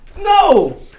No